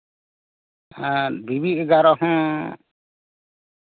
ᱵᱤᱵᱤ ᱮᱜᱟᱨᱳ ᱦᱚᱸ